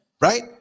right